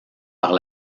par